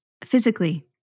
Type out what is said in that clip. physically